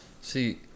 See